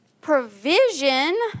provision